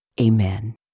Amen